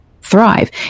thrive